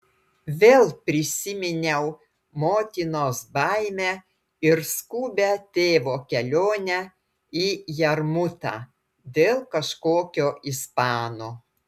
vėl prisiminiau motinos baimę ir skubią tėvo kelionę į jarmutą dėl kažkokio ispano